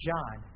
John